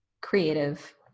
creative